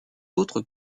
autres